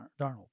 Darnold